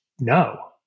no